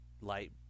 light